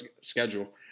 schedule